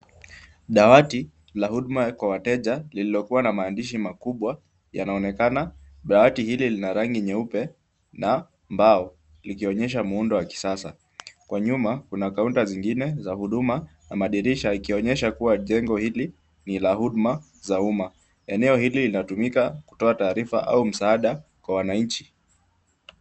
Dawati la huduma kwa wateja lililokuwa na maandishi makubwa yanayoonekana. Dawati hili lina rangi nyeupe na mbao likionyesha muundo wa kisasa. Kwa nyuma kuna kaunta zingine za huduma na madirisha ikionyesha kuwa jengo hili ni la huduma za umma. Eneo hili linatumika kutoa taarifa au msaada kwa wananchi.